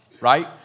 right